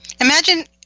Imagine